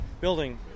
building